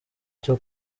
cyo